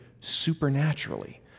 supernaturally